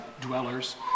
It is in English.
dwellers